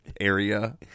area